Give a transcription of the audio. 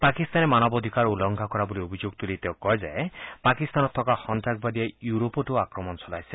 পাকিস্তানে মানৱ অধিকাৰ উলংঘা কৰা বুলি অভিযোগ তুলি তেওঁ কয় যে পাকিস্তানত থকা সন্নাসবাদীয়ে ইউৰোপতো আক্ৰমণ চলাইছে